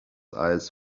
eyes